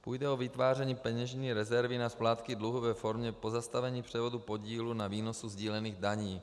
Půjde o vytváření peněžní rezervy na splátky v dluhové formě po zastavení převodu podílu na výnosu sdílených daní.